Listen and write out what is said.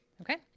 okay